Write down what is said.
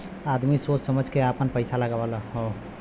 आदमी सोच समझ के आपन पइसा लगावत हौ